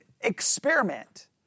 experiment